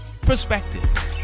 perspective